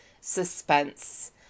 suspense